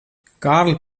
kārli